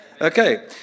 Okay